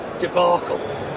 debacle